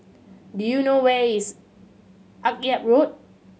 do you know where is Akyab Road